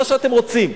מה שאתם רוצים,